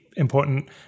important